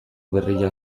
berriak